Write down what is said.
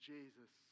Jesus